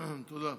תודה.